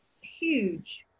huge